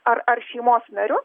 ar ar šeimos nariu